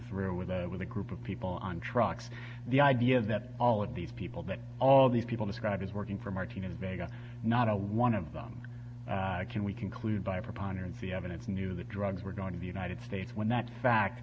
through with that with a group of people on trucks the idea that all of these people that all these people described as working for martina vega not a one of them can we conclude by preponderance of evidence knew that drugs were going to the united states when that fact